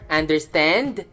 understand